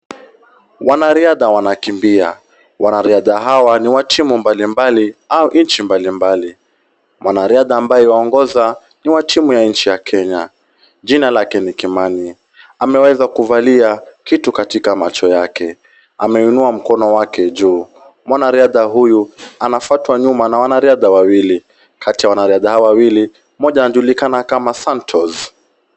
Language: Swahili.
Wanariadha wanakimbia. Wanariadha hawa ni wa timu mbalimbali au nchi mbalimbali, mwanariadha ambaye anaongoza ni wa nchi ya Kenya. Jina lake ni Kimani. Ameweza kuvalia kitu katika macho yake. Ameinua mkono wake juu. Mwanariadha huyu anafwatwa na wanariadha wawili, kati ya wanariadha hawa wawili, mmoja anaitwa Santos.